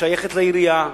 שייכת לעירייה,